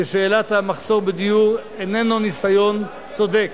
לשאלת המחסור בדיור איננו ניסיון צודק,